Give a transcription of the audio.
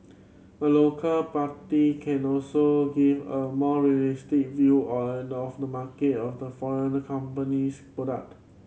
a local party can also give a more view and of the market of the foreign company's product